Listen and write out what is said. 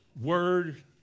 word